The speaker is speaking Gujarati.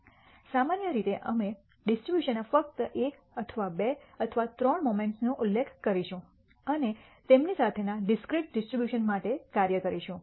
સામાન્ય રીતે અમે ડિસ્ટ્રીબ્યુશનના ફક્ત 1 અથવા 2 અથવા 3 મોમેન્ટ્સનો ઉલ્લેખ કરીશું અને તેમની સાથેના ડિસ્ક્રીટ ડિસ્ટ્રીબ્યુશન માટે કાર્ય કરીશું